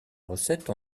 recette